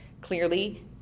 clearly